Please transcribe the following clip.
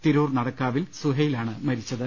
തിരൂർ നടക്കാവിൽ സുഹൈൽ ആണ് മരിച്ചത്